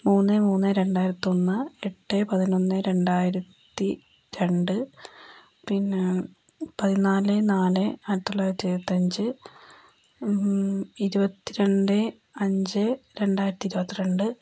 മൂന്ന് മൂന്ന് രണ്ടായിരത്തിയൊന്ന് എട്ട് പതിനൊന്ന് രണ്ടായിരത്തി രണ്ട് പിന്നെ പതിനാല് നാല് ആയിരത്തി തൊള്ളായിരത്തി എഴുപത്തഞ്ച് ഇരുപത്തിരണ്ട് അഞ്ച് രണ്ടായിരത്തി ഇരുപത്തിരണ്ട്